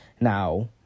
Now